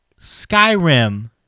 Skyrim